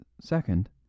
second